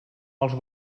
els